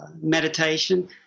meditation